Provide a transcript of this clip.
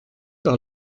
par